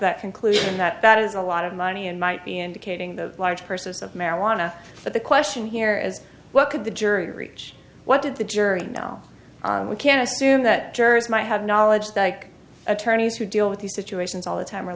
that conclusion that that is a lot of money and might be indicating the large purses of marijuana but the question here is what could the jury reach what did the jury now we can assume that jurors might have knowledge that attorneys who deal with these situations all the time